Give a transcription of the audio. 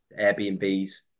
Airbnbs